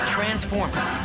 Transformers